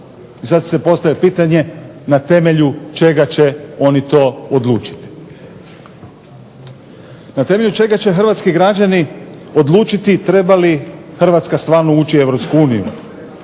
Sad se postavlja pitanje na temelju čega će oni to odlučiti. Na temelju čega će hrvatski građani odlučiti treba li Hrvatska stvarno ući u